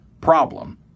problem